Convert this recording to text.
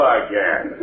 again